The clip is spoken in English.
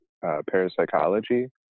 parapsychology